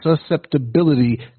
susceptibility